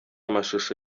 amashusho